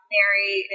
Mary